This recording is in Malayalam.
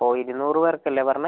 അപ്പോൾ ഇരുനൂറ് പേർക്ക് അല്ലേ പറഞ്ഞത്